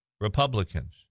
Republicans